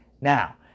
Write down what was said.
now